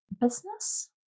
business